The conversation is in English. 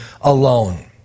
alone